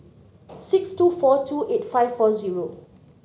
six two four two eight five four zero